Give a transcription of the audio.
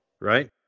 right